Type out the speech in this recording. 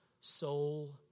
soul